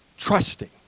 Trusting